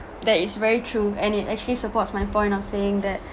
that is very true and it actually supports my point of saying that